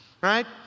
right